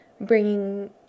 bringing